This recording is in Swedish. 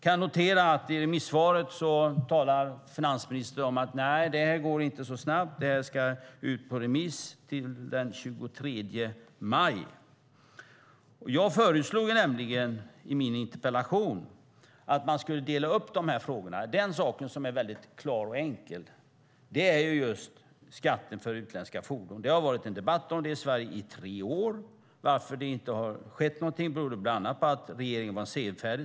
Jag noterar att finansministern i interpellationssvaret talar om att det inte går så snabbt och att det ska vara ute på remiss till och med den 23 maj. Jag föreslog i min interpellation att man skulle dela upp de här frågorna. Den sak som är väldigt klar och enkel är skatten för utländska fordon. Det har förts en debatt i Sverige om detta under tre år. Att det inte har skett någonting beror bland annat på att regeringen varit senfärdig.